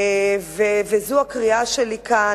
וזו הקריאה שלי כאן,